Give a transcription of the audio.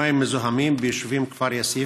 מים מזוהמים ביישובים כפר יאסיף,